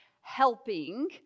helping